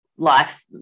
Life